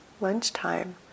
lunchtime